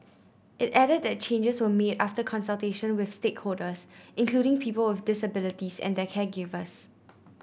it added that changes were made after consultation with stakeholders including people of disabilities and their caregivers